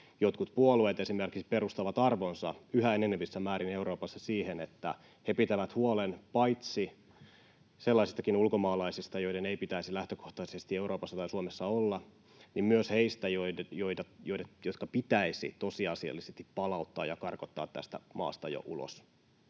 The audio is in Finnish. Jotkut puolueet esimerkiksi perustavat arvonsa yhä enenevissä määrin Euroopassa siihen, että he pitävät huolen paitsi sellaisistakin ulkomaalaisista, joiden ei pitäisi lähtökohtaisesti Euroopassa tai Suomessa olla, myös heistä, jotka pitäisi tosiasiallisesti palauttaa ja karkottaa tästä maasta jo ulos,